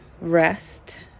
rest